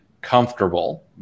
comfortable